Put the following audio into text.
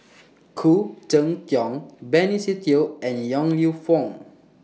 Khoo Cheng Tiong Benny Se Teo and Yong Lew Foong